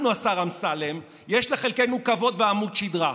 אנחנו, השר אמסלם, יש לחלקנו כבוד ועמוד שדרה,